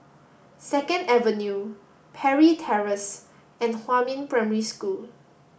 Second Avenue Parry Terrace and Huamin Primary School